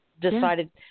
decided –